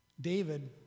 David